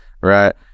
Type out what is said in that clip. Right